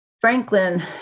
Franklin